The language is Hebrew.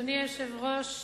אדוני היושב-ראש,